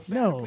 no